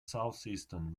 southeastern